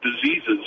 diseases